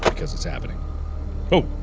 cause it's happening oh,